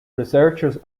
researchers